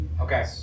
Okay